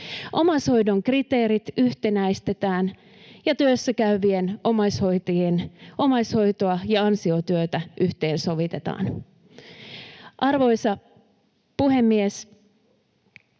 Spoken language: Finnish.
Omaishoidon kriteerit yhtenäistetään ja työssäkäyvien omaishoitoa ja ansiotyötä yhteensovitetaan. Arvoisa puhemies!